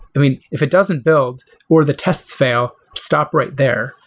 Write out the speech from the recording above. i mean, if it doesn't build or the test fail, stop right there.